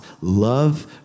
Love